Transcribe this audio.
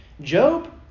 Job